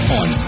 on